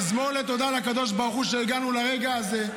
מזמור תודה לקדוש ברוך הוא שהגענו לרגע הזה.